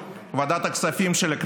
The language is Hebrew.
אני מאוד שמח שחבר הכנסת